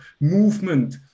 movement